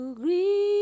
green